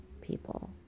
people